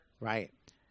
Right